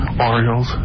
Orioles